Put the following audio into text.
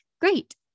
Great